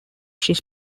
ship